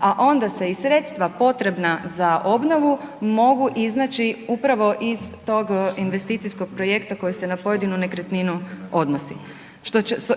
a onda se i sredstva potrebna za obnovu mogu iznaći upravo iz tog investicijskog projekta koji se na pojedinu nekretninu odnosi.